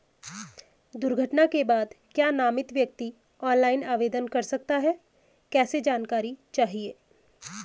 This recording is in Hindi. दुर्घटना के बाद क्या नामित व्यक्ति ऑनलाइन आवेदन कर सकता है कैसे जानकारी चाहिए?